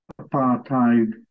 apartheid